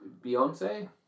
Beyonce